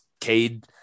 Cade